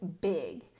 big